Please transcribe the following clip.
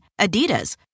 Adidas